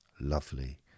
lovely